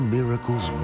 miracles